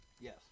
Yes